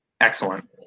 Excellent